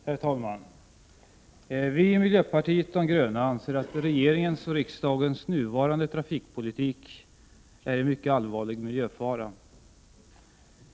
Herr talman! Vi i miljöpartiet de gröna anser att regeringens och riksdagens nuvarande trafikpolitik är en mycket allvarlig miljöfara.